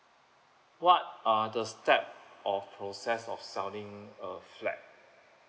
what are the step or process of selling a flat